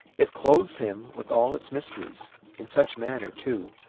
it clothes him with all its mysteries in such manner, too,